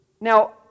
Now